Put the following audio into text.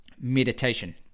meditation